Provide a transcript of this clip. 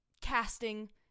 casting